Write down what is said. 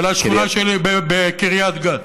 ולשכונה שלי בקריית גת.